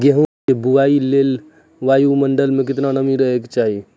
गेहूँ के बुआई लेल वायु मंडल मे नमी केतना रहे के चाहि?